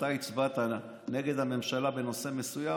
כשאתה הצבעת נגד הממשלה בנושא מסוים,